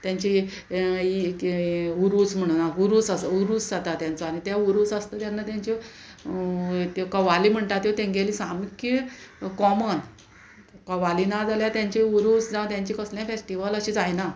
तेंची उरूस म्हणना उरूस आसा उरूस जाता तेंचो आनी ते उरूस आसता तेन्ना तेंच्यो त्यो कवाली म्हणटा त्यो तेंगेल सामक्यो कॉमन कवाली ना जाल्यार तेंचे उरूस जावं तेंचे कसले फेस्टिवल अशें जायना